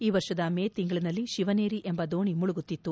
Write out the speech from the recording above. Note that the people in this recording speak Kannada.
ಈ ವರ್ಷದ ಮೇ ತಿಂಗಳಿನಲ್ಲಿ ಶಿವನೇರಿ ಎಂಬ ದೋಣಿ ಮುಳುಗುತ್ತಿತ್ತು